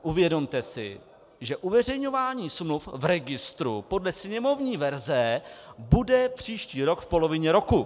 Uvědomte si, že uveřejňování smluv v registru podle sněmovní verze bude příští rok v polovině roku.